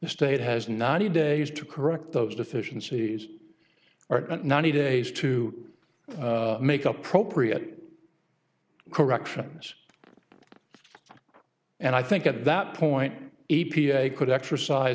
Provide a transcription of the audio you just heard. the state has ninety days to correct those deficiencies or ninety days to make appropriate corrections and i think at that point e p a could exercise